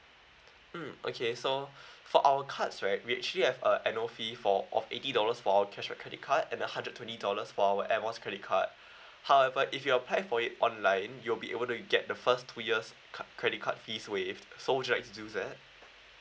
mm okay so for our cards right we actually have a a annual fee for of eighty dollars for cash or credit card and a hundred twenty dollars for our air miles credit card however if you apply for it online you'll be able to get the first two years ca~ credit card fees waived so would you like to do that